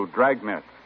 Dragnet